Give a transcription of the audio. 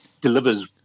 delivers